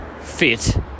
fit